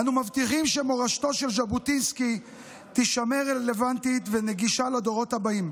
אנו מבטיחים שמורשתו של ז'בוטינסקי תישמר רלוונטית ונגישה לדורות הבאים,